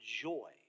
joy